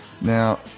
Now